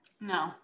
No